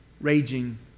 raging